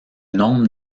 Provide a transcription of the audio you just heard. nombre